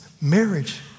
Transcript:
marriage